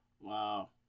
Wow